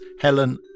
Helen